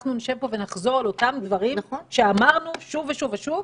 אנחנו נשב פה ונחזור על אותם דברים שאמרנו שוב ושוב ושוב?